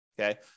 Okay